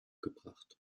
gebracht